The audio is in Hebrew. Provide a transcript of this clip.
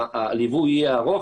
הליווי יהיה ארוך,